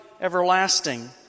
everlasting